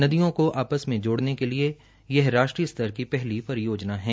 नदियों को आपस में जोड़ने के लिए यह राष्ट्रीय स्तर की पहली परियोजना है